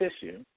tissue